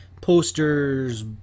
posters